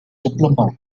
diploma